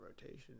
rotation